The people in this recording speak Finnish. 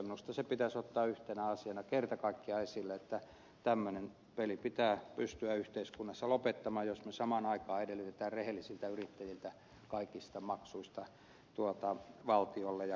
minusta se pitäisi ottaa yhtenä asiana kerta kaikkiaan esille että tämmöinen peli pitää pystyä yhteiskunnassa lopettamaan jos me samaan aikaan edellytämme rehellisiltä yrittäjiltä kaikista maksuista valtiolle ja